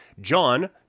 John